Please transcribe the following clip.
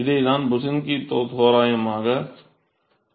இதை தான் பொசைன்ஸ்க்யூ தோராயம் என அழைக்கப்படுகிறது